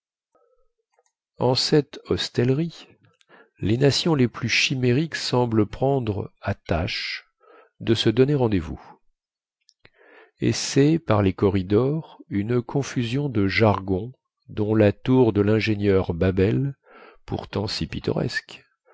en cette hostellerie les nations les plus chimériques semblent prendre à tâche de se donner rendez-vous et cest par les corridors une confusion de jargons dont la tour de lingénieur babel pourtant si pittoresque